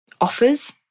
offers